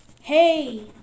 hey